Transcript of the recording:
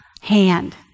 hand